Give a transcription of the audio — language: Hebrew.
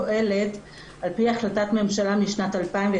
פועלת על פי החלטת ממשלה משנת 2002,